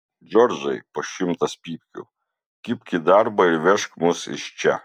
džordžai po šimtas pypkių kibk į darbą ir vežk mus iš čia